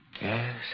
Yes